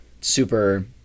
super